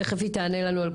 ברמה האישית אני מאוד מבינה,